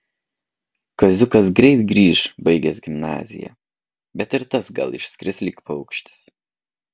kaziukas greit grįš baigęs gimnaziją bet ir tas gal išskris lyg paukštis